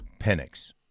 Penix